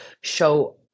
show